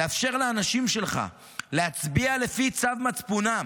תאפשר לאנשים שלך להצביע לפי צו מצפונם.